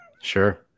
Sure